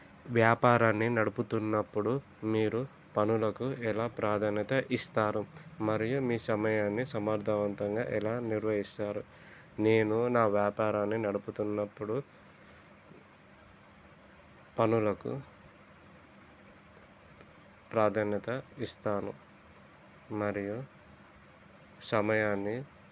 వ్యాపారాన్ని నడుపుతున్నప్పుడు మీరు పనులకు ఎలా ప్రాధాన్యత ఇస్తారు మరియు మీ సమయాన్ని సమర్థవంతంగా ఎలా నిర్వహిస్తారు నేను నా వ్యాపారాన్ని నడుపుతున్నప్పుడు పనులకు ప్రాధాన్యత ఇస్తాను మరియు సమయాన్ని